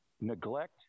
neglect